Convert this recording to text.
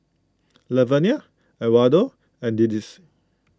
Lavenia Edwardo and Delcie